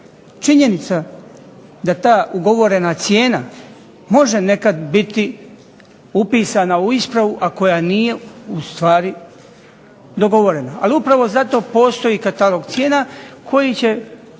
Činjenica da ta ugovorena cijena može nekada biti upisana u ispravu a koja nije ustvari ugovorena. Ali upravo zato postoji katalog cijena koji će